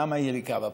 למה יריקה בפנים?